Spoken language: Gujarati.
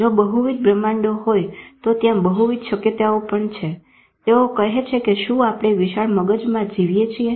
જો બહુવિધ બ્રહ્માંડો હોય તો ત્યાં બહુવિધ શક્યતાઓ પણ છે તેઓ કહે છે કે શું આપણે વિશાળ મગજમાં જીવીએ છીએ